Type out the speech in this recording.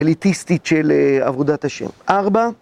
אליטטיסטית של עבודת ה' ארבע